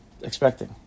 expecting